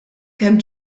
kemm